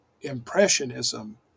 Impressionism